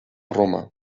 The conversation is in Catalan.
roma